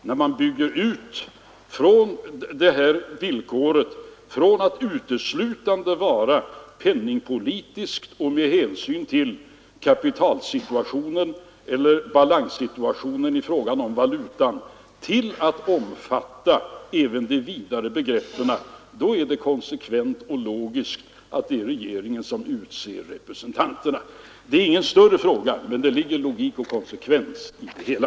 När man vidgar begreppen utöver penningpolitik och motiv med hänsyn till balanssituationen i fråga om valutan, då är det konsekvent och logiskt att regeringen utser representanterna. Detta är ingen större fråga, men det bör vara logik och konsekvens i det hela.